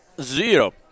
zero